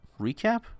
recap